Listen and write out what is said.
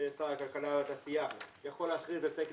משרד הכלכלה והתעשייה יכול להכריז על תקן